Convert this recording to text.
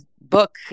book